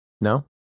No